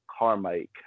Carmike